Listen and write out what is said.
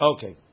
Okay